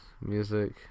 music